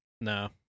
No